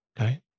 okay